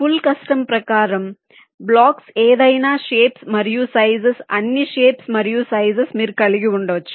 full custom ప్రకారం blocks ఏదైనా shapes మరియు సైజస్ అన్ని షేప్స్ మరియు సైజస్ మీరు కలిగి ఉండవచ్చు